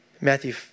Matthew